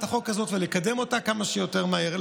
החוק הזאת ויקדמו אותה כמה שיותר מהר.